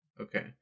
Okay